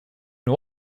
new